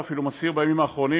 ואפילו מצהיר בימים האחרונים,